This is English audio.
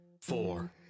four